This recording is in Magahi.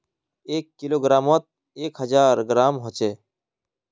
एक किलोग्रमोत एक हजार ग्राम होचे